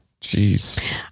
Jeez